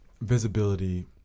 visibility